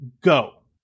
go